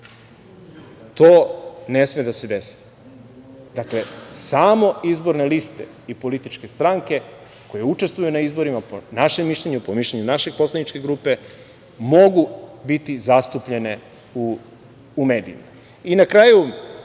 To ne sme da se desi. Dakle, samo izborne liste i političke stranke koje učestvuju na izborima po našem mišljenju, po mišljenju naše poslaničke grupe mogu biti zastupljene u medijima. Na kraju,